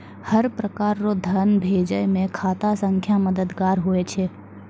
हर प्रकार रो धन भेजै मे खाता संख्या मददगार हुवै छै